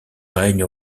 règne